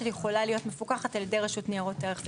שיכולה להיות מפוקחת על ידי רשות ניירות ערך.